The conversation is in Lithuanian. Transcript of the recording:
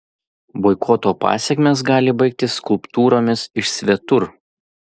boikoto pasekmės gali baigtis skulptūromis iš svetur